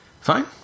Fine